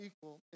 equal